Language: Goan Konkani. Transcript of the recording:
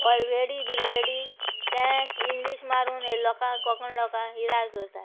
ऑलरेडी बिलवेडी तें इंग्लीश मारून हे लोकांक कोंकणी लोकांक हिराय करतात